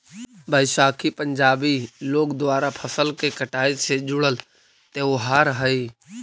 बैसाखी पंजाबी लोग द्वारा फसल के कटाई से जुड़ल त्योहार हइ